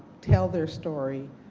tell their story,